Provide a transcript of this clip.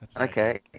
Okay